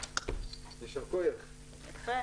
הישיבה ננעלה בשעה 12:33.